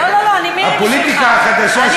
לא ראיתי שום פוליטיקה חדשה.